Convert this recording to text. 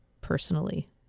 personally